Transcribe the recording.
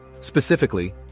Specifically